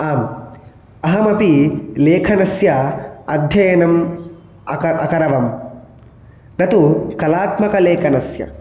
आम् अहमपि लेखनस्य अध्ययनम् अक अकरवं न तु कलात्मकलेखनस्य